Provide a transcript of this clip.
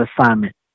assignment